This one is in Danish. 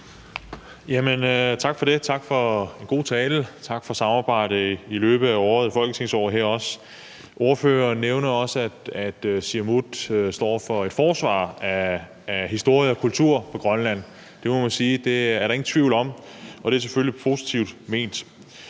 Tak for det. Tak for en god tale, og tak for samarbejdet i løbet af året og folketingsåret her. Ordføreren nævner, at Siumut står for et forsvar af historie og kultur på Grønland, og det må man sige der ingen tvivl er om, og det er selvfølgelig positivt ment.